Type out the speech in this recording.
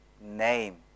name